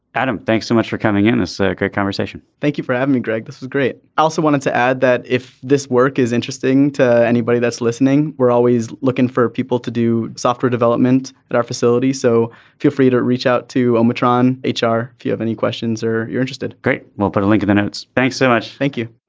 adam thanks so much for coming in. so great conversation. thank you for having me greg this is great. i also wanted to add that if this work is interesting to anybody that's listening we're always looking for people to do software development at our facility so feel free to reach out to a on h r. if you have any questions or you're interested. great. we'll put a link to the notes. thanks so much. thank you